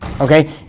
okay